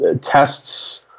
tests